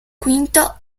quinto